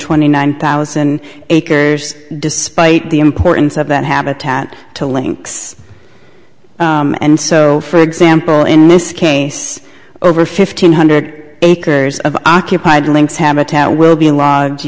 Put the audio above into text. twenty nine thousand acres despite the importance of that habitat to links and so for example in this case over fifteen hundred acres of occupied link's habitat will be l